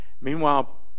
Meanwhile